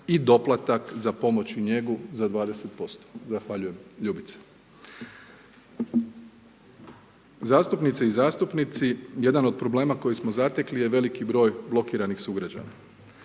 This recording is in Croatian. i doplatak za pomoć i njegu za 20%. Zahvaljujem Ljubice. Zastupnice i zastupnici, jedan od problema koji smo zatekli je veliki broj blokiranih sugrađana.